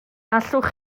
allwch